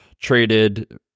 traded